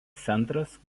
centras